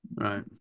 right